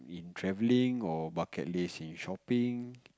in travelling or bucket list in shopping